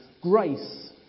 grace